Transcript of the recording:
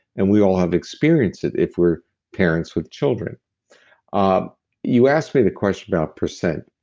and we all have experienced it, if we're parents with children um you asked me the question about percent.